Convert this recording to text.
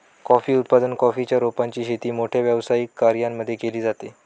coffee उत्पादन, coffee च्या रोपांची शेती मोठ्या व्यावसायिक कर्यांमध्ये केली जाते